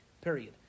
period